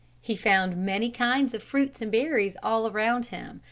he found many kinds of fruits and berries all around him,